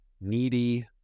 needy